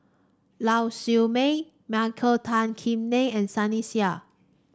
Lau Siew Mei Michael Tan Kim Nei and Sunny Sia